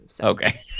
Okay